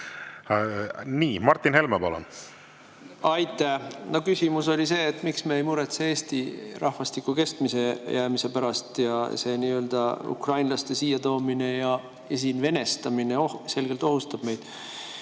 Martin Helme, palun! Aitäh! No küsimus oli see, miks me ei muretse Eesti rahvastiku kestmajäämise pärast. See nii-öelda ukrainlaste siia toomine ja siin venestamine selgelt ohustab meid.